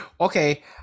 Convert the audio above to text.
Okay